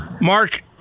Mark